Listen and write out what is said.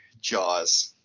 Jaws